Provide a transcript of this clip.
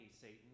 Satan